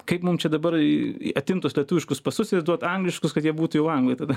kaip mum čia dabar atimt tuos lietuviškus pasus ir duot angliškus kad jie būtų jau anglai tada